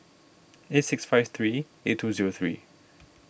eight six five three eight two zero three